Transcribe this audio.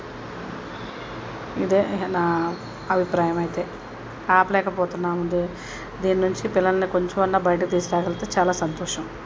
ఇదే నా అభిప్రాయం అయితే ఆపలేకపోతున్నాము ది దీన్ నుంచి పిల్లలని కొంచెం అన్నా బయటకి తీసుకురాగలిగితే చాలా సంతోషం